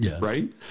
right